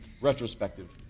retrospective